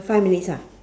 five minutes ah